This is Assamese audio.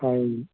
হয়